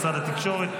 משרד התקשורת,